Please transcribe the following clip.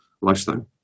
lifestyle